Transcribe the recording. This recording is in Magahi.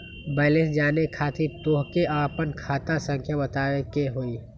बैलेंस जाने खातिर तोह के आपन खाता संख्या बतावे के होइ?